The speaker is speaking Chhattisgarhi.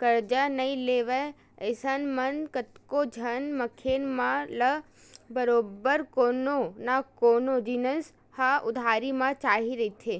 करजा नइ लेवय अइसन म कतको झन मनखे मन ल बरोबर कोनो न कोनो जिनिस ह उधारी म चाही रहिथे